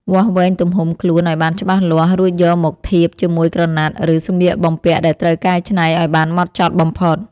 វាស់វែងទំហំខ្លួនឱ្យបានច្បាស់លាស់ រួចយកមកធៀបជាមួយក្រណាត់ ឬសម្លៀកបំពាក់ដែលត្រូវកែច្នៃឱ្យបានហ្មត់ចត់បំផុត។